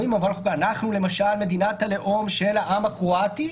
אומרים במבוא לחוקה: אנחנו למשל מדינת הלאום של העם הקרואטי,